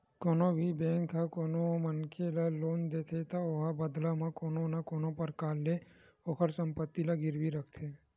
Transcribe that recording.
कोनो भी बेंक ह कोनो मनखे ल लोन देथे त ओहा बदला म कोनो न कोनो परकार ले ओखर संपत्ति ला गिरवी रखथे